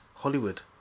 Hollywood